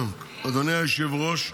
אדוני היושב-ראש,